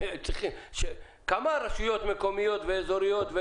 כמה רשויות מקומיות ואזורית,